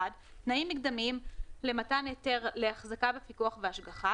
(1)תנאים מקדמיים למתן היתר להחזקה בפיקוח והשגחה,